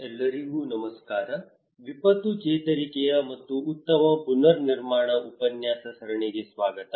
ಎಲ್ಲರಿಗೂ ನಮಸ್ಕಾರ ವಿಪತ್ತು ಚೇತರಿಕೆಯ ಮತ್ತು ಉತ್ತಮ ಪುನರ್ನಿರ್ಮಾಣ ಉಪನ್ಯಾಸ ಸರಣಿಗೆ ಸ್ವಾಗತ